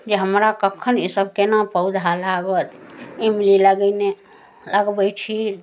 जे हमरा कखन ई सभ केना पौधा लागत इमली लगैने लगबै छी